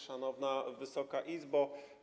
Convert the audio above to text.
Szanowna Wysoka Izbo!